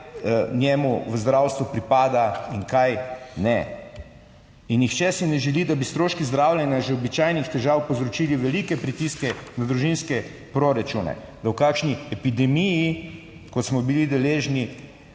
kaj njemu v zdravstvu pripada in kaj ne. In nihče si ne želi, da bi stroški zdravljenja že običajnih težav povzročili velike pritiske na družinske proračune. Da v takšni epidemiji, kot smo jo bili deležni,